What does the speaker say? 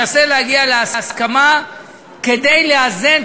ננסה להגיע להסכמה כדי לאזן,